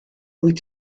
wyt